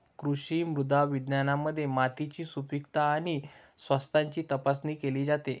कृषी मृदा विज्ञानामध्ये मातीची सुपीकता आणि स्वास्थ्याची तपासणी केली जाते